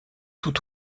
tout